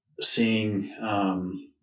seeing